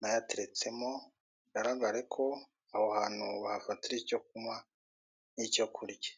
nayateretsemo bigaragare ko aho hantu bahafatira icyo kunywa nk'icyo kurya.